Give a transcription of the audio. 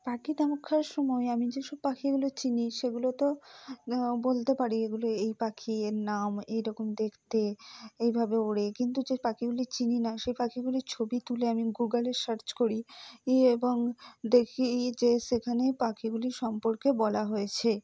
পাখি সময় আমি যে সব পাখিগুলো চিনি সেগুলো তো বলতে পারি এগুলো এই পাখি এর নাম এরকম দেখতে এইভাবে ওড়ে কিন্তু যে পাখিগুলি চিনি না সেই পাখিগুলির ছবি তুলে আমি গুগলে সার্চ করি এবং দেখি যে সেখানে পাখিগুলি সম্পর্কে বলা হয়েছে